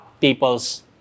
people's